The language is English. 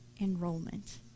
enrollment